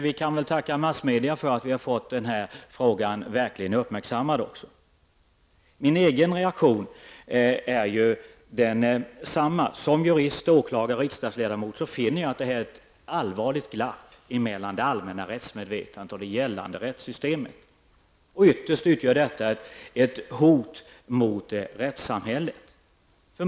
Vi kan nog tacka massmedia för att vi har fått även den här frågan uppmärksammad. Min egen reaktion är densamma. Som jurist, åklagare och riksdagsledamot finner jag att det här är ett allvarligt glapp mellan det allmänna rättsmedvetandet och det gällande rättssystemet. Detta utgör ytterst ett hot mot rättssamhället.